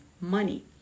money